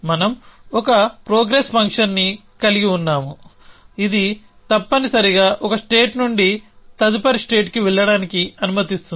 మనం ఒక ప్రోగ్రెస్ ఫంక్షన్ని కలిగి ఉన్నాము ఇది తప్పనిసరిగా ఒక స్టేట్ నుండి తదుపరి స్టేట్కి వెళ్లడానికి అనుమతిస్తుంది